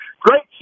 Great